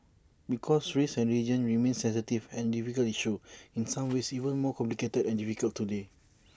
because race and region remain sensitive and difficult issues in some ways even more complicated and difficult today